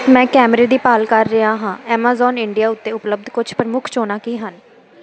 ਮੈਂ ਕੈਮਰੇ ਦੀ ਭਾਲ ਕਰ ਰਿਹਾ ਹਾਂ ਐਮਾਜ਼ਾਨ ਇੰਡੀਆ ਉੱਤੇ ਉਪਲੱਬਧ ਕੁੱਝ ਪ੍ਰਮੁੱਖ ਚੋਣਾਂ ਕੀ ਹਨ